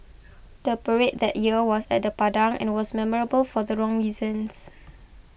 the parade that year was at the Padang and was memorable for the wrong reasons